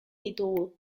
ditugu